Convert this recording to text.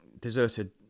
deserted